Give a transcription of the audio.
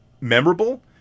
memorable